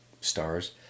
stars